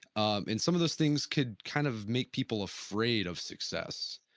and some of those things can kind of make people afraid of success.